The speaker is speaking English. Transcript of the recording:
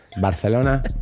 Barcelona